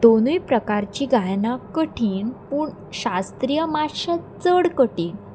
दोनूय प्रकारचीं गायनां कठीण पूण शास्त्रीय मातशें चड कठीण